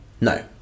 No